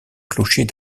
clocher